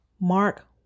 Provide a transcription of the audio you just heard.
Mark